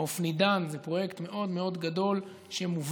האופנידן, זה פרויקט מאוד מאוד גדול שמובל.